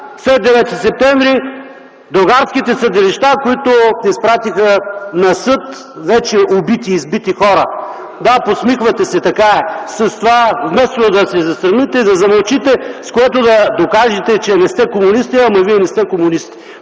след 9 септември – другарските съдилища, които изпратиха на съд вече убити и избити хора. (Реплики от КБ.) Да, подсмихвате се! Така е! Вместо да се засрамите и да замълчите, с което да докажете, че не сте комунисти. Ама вие не сте комунисти!